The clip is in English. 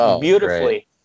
beautifully